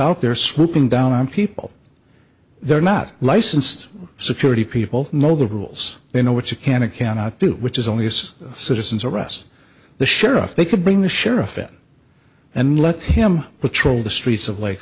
out there swooping down on people they're not licensed security people know the rules they know what you can and cannot do which is only us citizens arrest the sheriff they could bring the sheriff in and let him patrol the streets of lake